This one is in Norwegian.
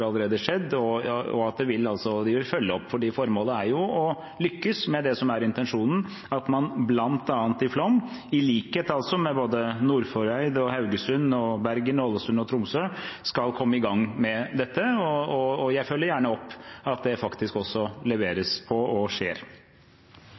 allerede skjedd en tidlig bevilgning, og vi vil følge opp. Formålet er jo å lykkes med det som er intensjonen, at man bl.a. i Flåm – i likhet med i Nordfjordeid, Haugesund, Bergen, Ålesund og Tromsø – skal komme i gang med dette. Jeg følger gjerne opp at det faktisk